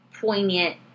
poignant